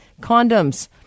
condoms